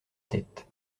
tête